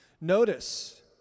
Notice